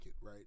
right